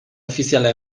ofiziala